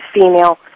female